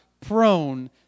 prone